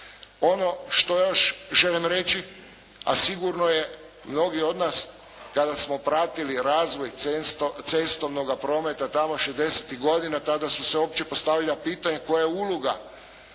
Ono što još želim reći a sigurno je, mnogi od nas kada smo pratili razvoj cestovnoga prometa tamo šezdesetih godina tada su se uopće postavljala pitanja koja je uloga